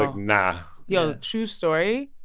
like, nah yo, true story,